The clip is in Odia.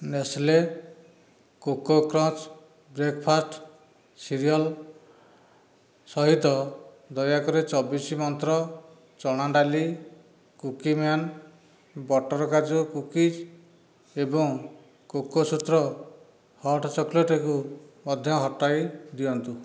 Nestle Koko Krunch breakfast cereal ସହିତ ଦୟାକରି ଚବିଶ ମନ୍ତ୍ର ଚଣା ଡାଲି କୁକୀମ୍ୟାନ ବଟର୍ କାଜୁ କୁକିଜ୍ ଏବଂ କୋକୋସୂତ୍ର ହଟ୍ ଚକୋଲେଟ୍କୁ ମଧ୍ୟ ହଟାଇଦିଅନ୍ତୁ